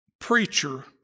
preacher